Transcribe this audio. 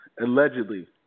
allegedly